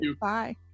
Bye